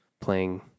playing